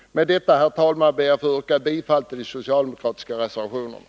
Med detta, herr talman, ber jag att få yrka bifall till de socialdemokratiska reservationerna.